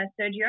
Sergio